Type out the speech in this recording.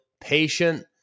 patient